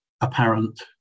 apparent